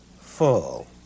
full